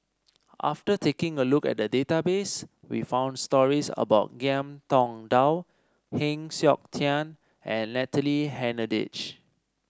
after taking a look at the database we found stories about Ngiam Tong Dow Heng Siok Tian and Natalie Hennedige